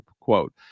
Quote